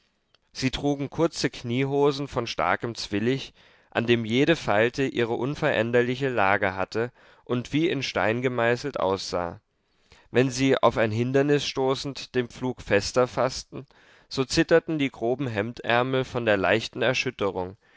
sie trugen kurze kniehosen von starkem zwillich an dem jede falte ihre unveränderliche lage hatte und wie in stein gemeißelt aussah wenn sie auf ein hindernis stoßend den pflug fester faßten so zitterten die groben hemdärmel von der leichten erschütterung